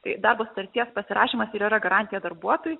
tai darbo sutarties pasirašymas ir yra garantija darbuotojui